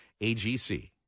AGC